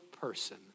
person